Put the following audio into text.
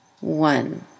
one